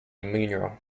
munro